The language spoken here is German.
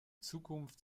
zukunft